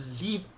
leave